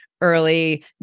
early